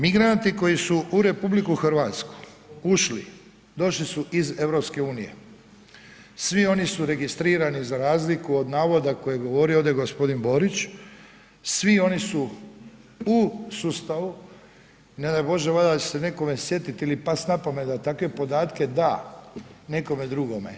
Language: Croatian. Migranti koji su u RH ušli, došli su iz EU svi oni su registrirani za razliku od navoda koje je govorio ovdje gospodin Borić, svi oni su u sustavu, ne daj Bože valjda da će se nekome sjetiti ili pasti na pamet da takve podatke da nekome drugome.